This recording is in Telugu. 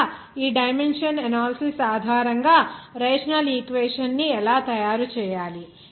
ద్వారా ఈ డైమెన్షన్ ఎనాలిసిస్ ఆధారంగా రేషనల్ ఈక్వేషన్ ని ఎలా తయారు చేయాలి